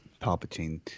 Palpatine